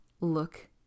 look